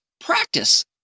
practice